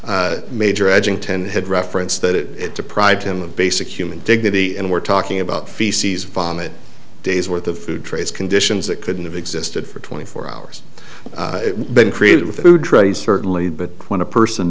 filth major edgington head reference that deprived him of basic human dignity and we're talking about feces vomit days worth of food trays conditions that couldn't have existed for twenty four hours been created with food trays certainly but when a person